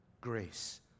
grace